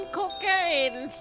cocaine